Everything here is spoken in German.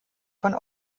von